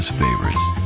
favorites